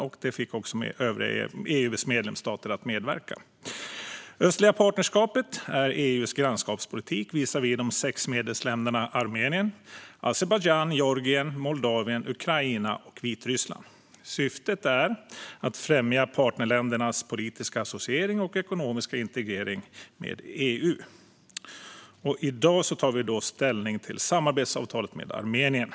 Man fick också EU:s övriga medlemsstater att medverka. Östliga partnerskapet är EU:s grannskapspolitik visavi de sex medlemsländerna Armenien, Azerbajdzjan, Georgien, Moldavien, Ukraina och Vitryssland. Syftet är att främja partnerländernas politiska associering och ekonomiska integrering med EU. I dag tar vi ställning till samarbetsavtalet med Armenien.